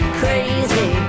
crazy